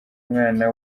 umwana